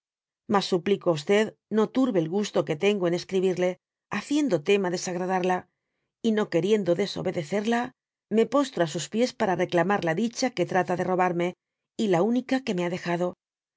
mas suplico á no turbe el gusto que tengo en escribirle haciendo tema desagradarla y io queriendo desobedecerla me postro ásos pies para reclamar la dicha que trata redarme y la única que me ha dejado